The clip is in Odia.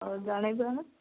ଆଉ ଜଣେଇ ଦେଉନ